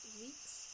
weeks